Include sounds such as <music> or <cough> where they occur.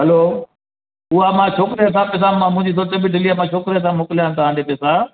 हलो उहा मां छोकिरे हथां पैसा मां <unintelligible> में छोकिरे हथां तव्हांखे पैसा